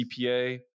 CPA